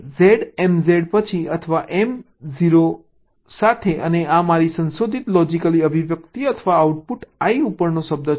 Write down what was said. I અને Z MZ સાથે પછી અથવા Mo સાથે અને આ મારી સંશોધિત લોજીક અભિવ્યક્તિ અથવા આઉટપુટ l ઉપરનો શબ્દ છે